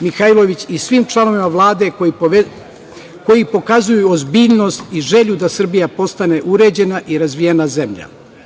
Mihajlović i svim članovima Vlade koji pokazuju ozbiljnost i želju da Srbija postane uređena i razvijena zemlja.Za